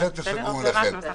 זה תסכמו ביניכם.